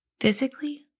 physically